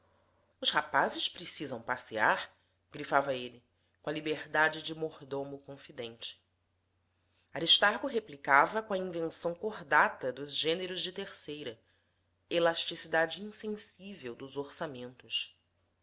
os rapazes precisam passear grifava ele com a liberdade de mordomo confidente aristarco replicava com a invenção cordata dos gêneros de terceira elasticidade insensível dos orçamentos